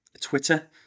Twitter